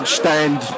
stand